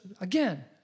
again